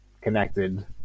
connected